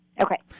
Okay